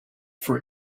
for